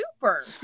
super